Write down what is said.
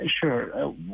sure